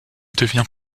devient